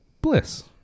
Bliss